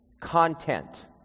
content